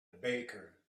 baker